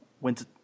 went